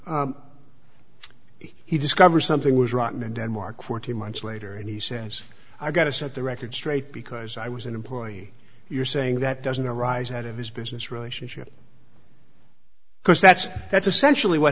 scripts he discover something was rotten in denmark fourteen months later and he says i got to set the record straight because i was an employee you're saying that doesn't arise out of his business relationship because that's that's essentially what